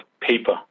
paper